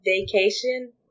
vacation